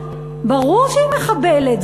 וברור שהיא מחבלת?